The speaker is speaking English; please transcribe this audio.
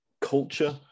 culture